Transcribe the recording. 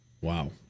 Wow